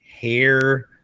hair